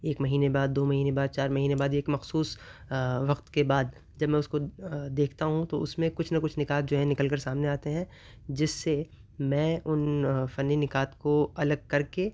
ایک مہینے بعد دو مہینے بعد چار مہینے بعد ایک مخصوص وقت کے بعد جب میں اس کو دیکھتا ہوں تو اس میں کچھ نہ کچھ نکات جو ہے نکل کر سامنے آتے ہیں جس سے میں ان فنی نکات کو الگ کر کے